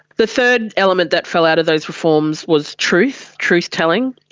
the third element that fell out of those reforms was truth, truth-telling.